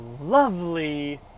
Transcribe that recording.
lovely